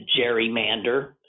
gerrymander